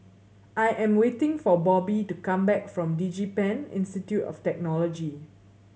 I am waiting for Bobbye to come back from DigiPen Institute of Technology